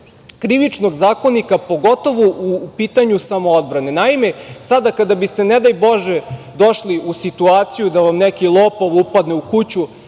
Krivičnog zakonika, pogotovo u pitanju samoodbrane. Naime, sada kada biste, ne daj Bože, došli u situaciju da vam neki lopov upadne u kuću